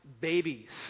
babies